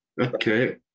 Okay